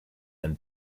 than